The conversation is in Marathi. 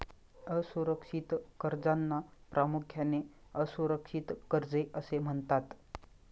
असुरक्षित कर्जांना प्रामुख्याने असुरक्षित कर्जे असे म्हणतात